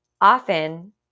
Often